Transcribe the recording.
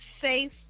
safe